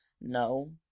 No